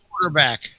quarterback